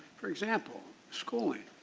for example, schooling.